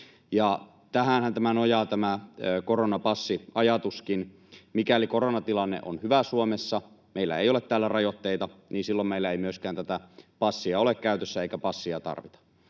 Tähänhän tämä koronapassiajatuskin nojaa. Mikäli koronatilanne on Suomessa hyvä, meillä ei ole täällä rajoitteita, silloin meillä ei myöskään tätä passia ole käytössä eikä passia tarvita,